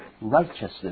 righteousness